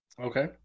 Okay